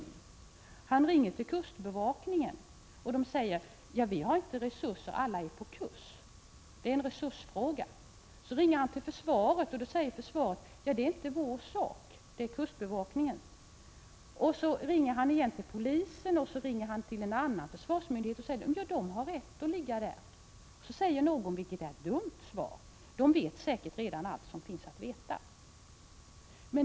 Den här mannen ringer till kustbevakningen och får svaret: Vi har inga resurser — alla är på kurs. Det är en resursfråga. Så ringer han till en försvarsmyndighet. Där svarar man: Det är inte vår sak — det är kustbevakningens. Sedan ringer han till polisen och därefter till en annan försvarsmyndighet. Då får han till svar: Båtarna har rätt att ligga där. Någon säger, vilket är ett dumt svar: De vet säkert redan allt som finns att veta.